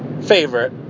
favorite